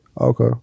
Okay